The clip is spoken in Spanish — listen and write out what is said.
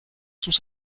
sus